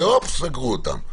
ואז סגרו אותם.